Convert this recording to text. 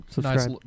Nice